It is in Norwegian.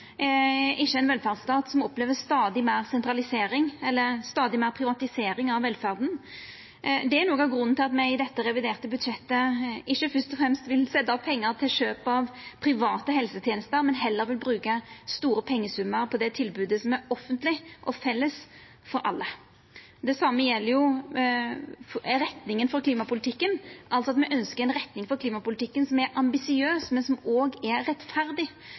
ikkje ein velferdsstat som opplever stadig meir sentralisering eller stadig meir privatisering av velferda. Det er noko av grunnen til at me i dette reviderte budsjettet ikkje fyrst og fremst vil setja av pengar til kjøp av private helsetenester, men heller vil bruka store pengesummar på det tilbodet som er offentleg og felles for alle. Det same gjeld retninga for klimapolitikken. Me ønskjer ei retning for klimapolitikken som er ambisiøs, men som òg er rettferdig.